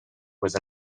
with